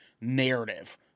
narrative